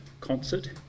Concert